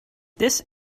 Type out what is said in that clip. this